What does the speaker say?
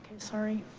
sorry.